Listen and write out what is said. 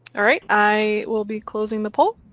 alright, i will be closing the poll,